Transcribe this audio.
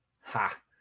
Ha